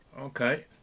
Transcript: Okay